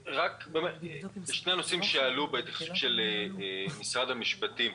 אלה שני דברים שעלו בהתייחסות של משרד המשפטים.